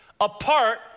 apart